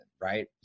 right